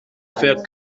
fait